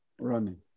running